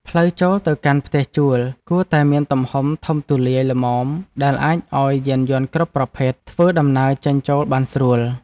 ផ្លូវចូលទៅកាន់ផ្ទះជួលគួរតែមានទំហំធំទូលាយល្មមដែលអាចឱ្យយានយន្តគ្រប់ប្រភេទធ្វើដំណើរចេញចូលបានស្រួល។